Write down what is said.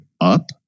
up